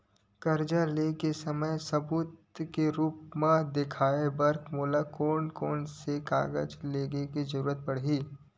कर्जा ले के समय सबूत के रूप मा देखाय बर मोला कोन कोन से कागज के जरुरत पड़ही?